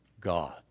God